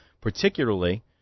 Particularly